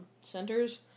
centers